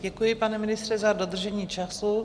Děkuji, pane ministře, za dodržení času.